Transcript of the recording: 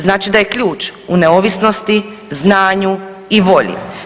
Znači da je ključ u neovisnosti, znanju i volji.